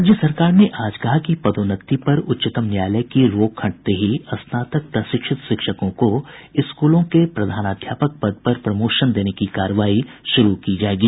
राज्य सरकार ने आज कहा कि पदोन्नति पर उच्चतम न्यायालय की रोक हटते ही स्नातक प्रशिक्षित शिक्षकों को स्कूलों के प्रधानाध्यापक पद पर प्रमोशन देने की कार्रवाई शुरु की जायेगी